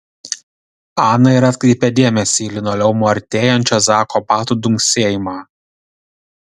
ana ir atkreipė dėmesį į linoleumu artėjančio zako batų dunksėjimą